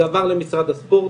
זה עבר למשרד הספורט,